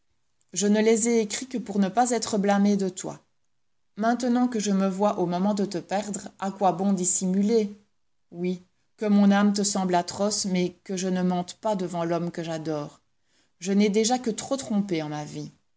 je ne les ai écrits que pour ne pas être blâmée de toi maintenant que je me vois au moment de te perdre à quoi bon dissimuler oui que mon âme te semble atroce mais que je ne mente pas devant l'homme que j'adore je n'ai déjà que trop trompé en ma vie